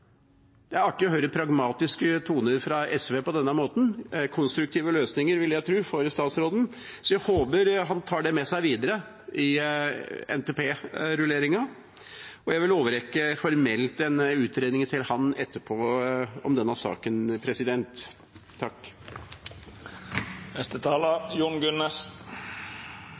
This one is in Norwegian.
å høre pragmatiske toner fra SV på denne måten, konstruktive løsninger, ville jeg tro, for statsråden, så jeg håper han tar det med seg videre i NTP-rulleringen. Jeg vil formelt overrekke den utredningen om denne saken til ham etterpå.